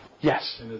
Yes